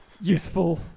useful